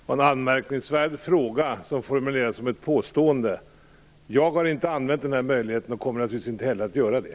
Herr talman! Det var en anmärkningsvärd fråga som formulerades som ett påstående. Jag har inte använt den möjligheten och kommer naturligtvis inte heller att göra det.